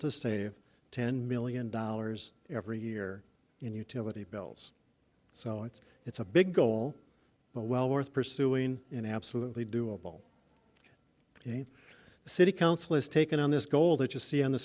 to save ten million dollars every year in utility bills so it's it's a big goal but well worth pursuing an absolutely doable in the city council has taken on this goal that you see on the